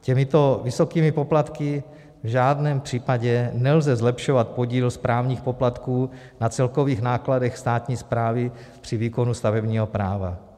Těmito vysokými poplatky v žádném případě nelze zlepšovat podíl správních poplatků na celkových nákladech státní správy při výkonu stavebního práva.